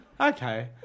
Okay